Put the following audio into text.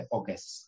August